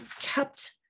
kept